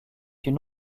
une